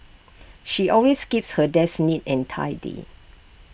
she always keeps her desk neat and tidy